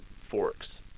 forks